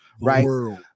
right